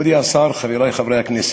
מכובדי השר, חברי חברי הכנסת,